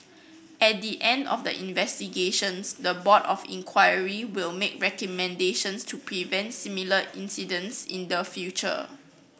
at the end of the investigations the Board of Inquiry will make recommendations to prevent similar incidents in the future